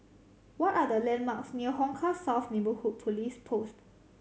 what are the landmarks near Hong Kah South Neighbourhood Police Post